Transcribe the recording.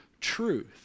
truth